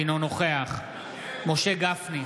אינו נוכח משה גפני,